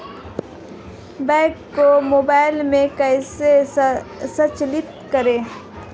Bank को mobile में कैसे संचालित करें?